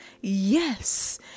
Yes